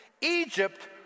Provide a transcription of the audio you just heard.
Egypt